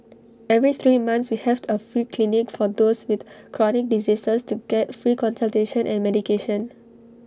every three months we have A free clinic for those with chronic diseases to get free consultation and medication